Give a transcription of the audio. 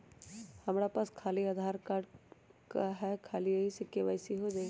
हमरा पास खाली आधार कार्ड है, का ख़ाली यही से के.वाई.सी हो जाइ?